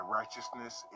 righteousness